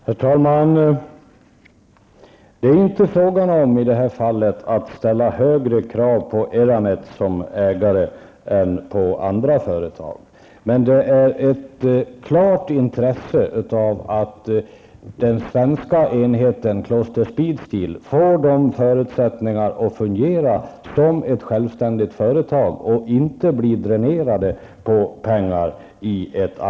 Herr talman! Det är i detta fall inte fråga om att ställa högre krav på Eramet som ägare än på andra företag. Men det finns ett klart intresse av att den svenska enheten, Kloster Speedsteel, får förutsättningar att fungera som ett självständigt företag och inte blir dränerat på pengar.